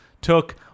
took